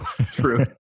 True